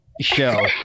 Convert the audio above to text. show